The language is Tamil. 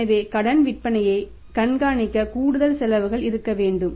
எனவே கடன் விற்பனையை கண்காணிக்க கூடுதல் செலவுகள் இருக்க வேண்டும்